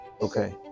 okay